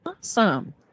Awesome